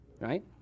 right